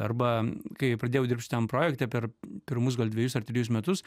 arba kai pradėjau dirbt šitam projekte per pirmus dvejus ar trejus metus